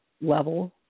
level